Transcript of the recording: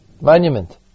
monument